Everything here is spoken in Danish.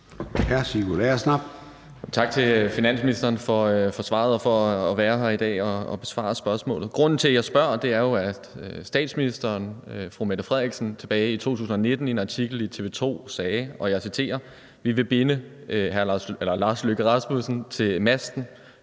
Tak til finansministeren for svaret og for at være her i dag og besvare spørgsmålet. Grunden til, jeg spørger, er jo, at fru Mette Frederiksen tilbage i 2019 i en artikel fra TV 2 sagde, at vi vil binde Lars Løkke Rasmussen til masten,